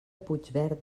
puigverd